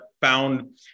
found